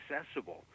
accessible